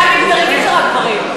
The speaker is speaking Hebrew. אי-אפשר לגברים, רק לנשים.